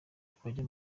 twajya